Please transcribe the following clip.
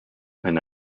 and